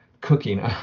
cooking